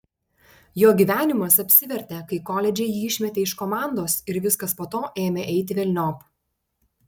jo gyvenimas apsivertė kai koledže jį išmetė iš komandos ir viskas po to ėmė eiti velniop